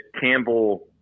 Campbell